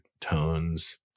tones